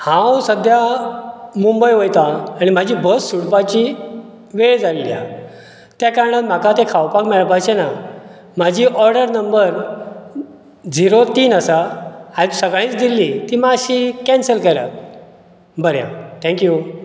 हांव सद्द्या मुंबय वयता आनी म्हजी बस सुटपाची वेळ जाल्ली आसा त्या कारणान म्हाका तें खावपाक मेळपाचे ना म्हाजी ऑर्डर नंबर जीरो तीन आसा आयज सकाळीच दिल्ली ती मात्शी कॅन्सल करात बरें आं थँक्यू